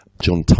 John